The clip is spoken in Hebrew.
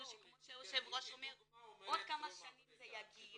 כמו שהיושב ראש אומר שעוד כמה שנים זה יגיע.